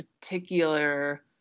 particular